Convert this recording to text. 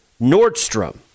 Nordstrom